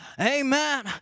Amen